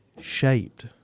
shaped